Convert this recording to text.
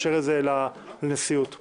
אני